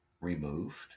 removed